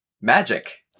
Magic